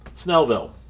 Snellville